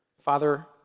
Father